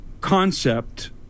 concept